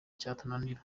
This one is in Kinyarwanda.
cyatunanira